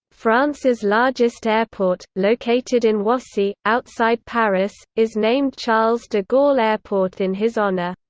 france's largest airport, located in roissy, outside paris, is named charles de gaulle airport in his honour.